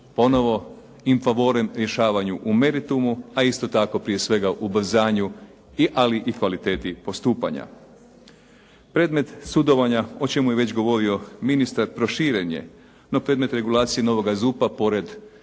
ponovno infavoren rješavanje u meritumu, a isto tako prije svega u ubrzanju ali i kvaliteti postupanja. Predmet sudovanja o čemu je već govorio ministar proširen je, no predmet regulacije novoga ZUP-a pored